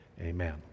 Amen